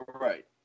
right